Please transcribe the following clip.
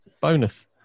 bonus